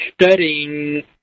studying